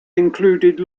included